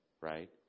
right